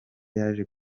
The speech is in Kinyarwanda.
yaje